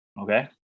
okay